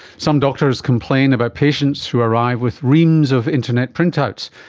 some doctors complain about patients who arrive with reams of internet printouts.